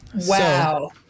Wow